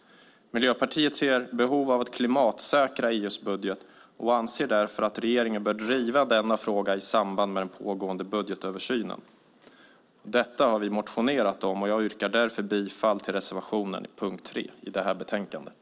Miljöpartiet ser ett behov av att klimatsäkra EU:s budget och anser därför att regeringen bör driva denna fråga i samband med pågående budgetöversyn. Detta har vi motionerat om. Jag yrkar därför bifall till reservationen under punkt 3 i betänkandet.